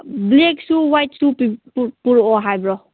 ꯕ꯭ꯂꯦꯛꯁꯨ ꯋꯥꯏꯠꯁꯨ ꯄꯨꯔꯛꯑꯣ ꯍꯥꯏꯕ꯭ꯔꯣ